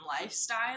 lifestyle